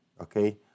okay